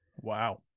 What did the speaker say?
Wow